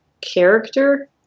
character